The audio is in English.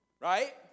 right